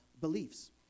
beliefs